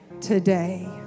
Today